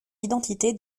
identité